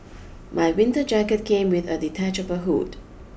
my winter jacket came with a detachable hood